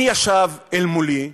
מי ישב מולי?